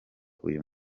uyu